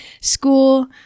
school